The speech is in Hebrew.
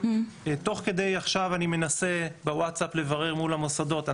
תוך כדי עכשיו אני מנסה בוואטסאפ לברר מול המוסדות,